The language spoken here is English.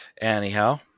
Anyhow